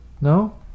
No